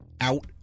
out